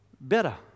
Better